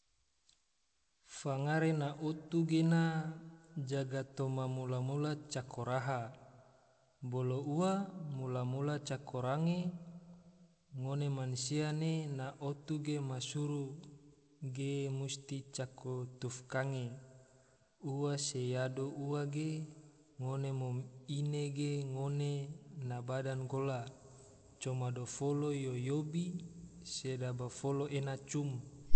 Fangare na otu gena, jaga toma mula-mula cako raha, kalo ua mula-mula cako range, ngone mansia ne na otu ge ma suru ge musti cako tufkange, ua se nyado ua ge, ngone mom ine ge ngone na bada gola, coma dofolo yobi, sedaba dofolo ena cum